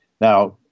Now